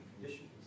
conditions